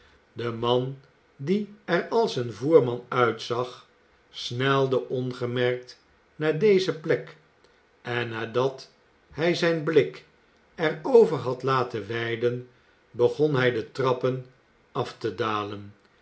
de man die er als een voerman uitzag snelde ongemerkt naar deze plek en nadat hij zijn b'ik er over had laten weiden begon hij de trappen af te dalen